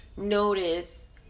notice